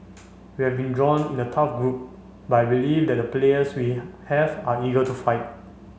we have been drawn in a tough group but I believe that the players we have are eager to fight